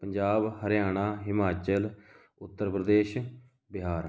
Punjab Haryana Himachal Uttar Pradesh Bihar